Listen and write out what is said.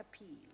appeal